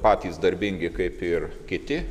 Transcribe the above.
patys darbingi kaip ir kiti